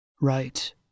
Right